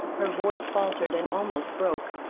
her voice faltered, and almost broke.